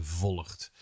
volgt